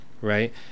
right